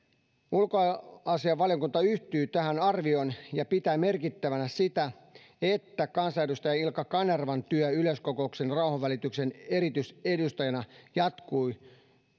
ulkoasiainvaliokunta yhtyy tähän arvioon ja pitää merkittävänä sitä että kansanedustaja ilkka kanervan työ yleiskokouksen rauhanvälityksen erityisedustajana jatkui